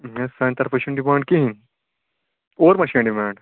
نہ سانہِ طرفہٕ چھُنہٕ ڈِمانٛڈ کِہیٖنۍ اورٕ ما چھےٚ ڈِمانٛڈ